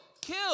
kill